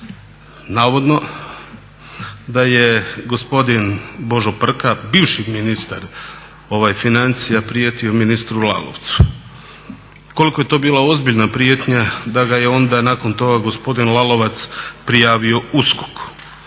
Navodno da je gospodin Božo Prka, bivši ministar financija prijetio ministru Lalovcu. Koliko je to bila ozbiljna prijetnja da ga je onda nakon toga gospodin Lalovac prijavio USKOK-u.